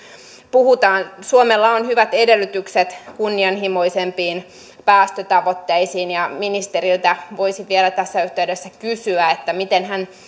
puhutaan suomella on hyvät edellytykset kunnianhimoisempiin päästötavoitteisiin ja ministeriltä voisin vielä tässä yhteydessä kysyä miten hän